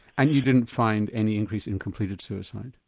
and you didn't find any increase in completed suicide?